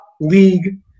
league